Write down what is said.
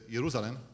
Jerusalem